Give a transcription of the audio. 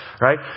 right